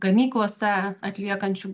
gamyklose atliekančių